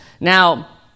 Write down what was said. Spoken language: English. now